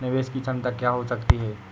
निवेश की क्षमता क्या हो सकती है?